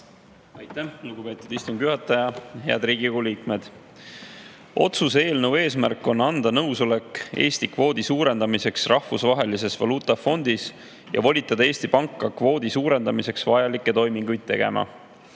Aitäh, lugupeetud istungi juhataja! Head Riigikogu liikmed! Otsuse eelnõu eesmärk on anda nõusolek Eesti kvoodi suurendamiseks Rahvusvahelises Valuutafondis ja volitada Eesti Panka kvoodi suurendamiseks vajalikke toiminguid tegema.